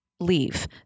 leave